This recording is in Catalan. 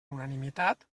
unanimitat